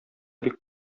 бик